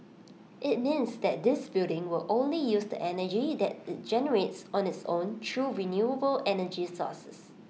IT means that this building will only use the energy that IT generates on its own through renewable energy sources